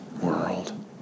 world